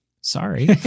sorry